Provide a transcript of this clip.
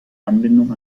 anbindung